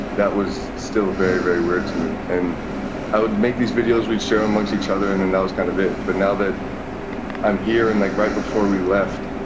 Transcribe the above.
that was still very, very weird to me. and i would make these videos we'd share amongst each other, and then and that was kind of it, but now that i'm here and, like, right before we left,